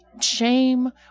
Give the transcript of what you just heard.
shame